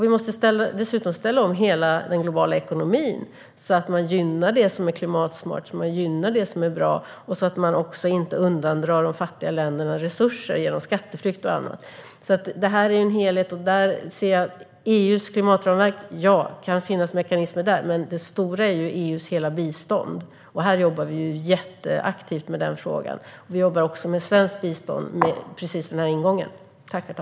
Vi måste dessutom ställa om hela den globala ekonomin, så att man gynnar det som är klimatsmart och bra och inte heller undandrar resurser från de fattiga länderna genom skatteflykt och annat. Detta är en helhet. EU:s klimatramverk är bra, och det kan finnas mekanismer där. Men det stora är EU:s hela bistånd, och med den frågan arbetar vi mycket aktivt. Vi jobbar också med svenskt bistånd utifrån precis denna utgångspunkt.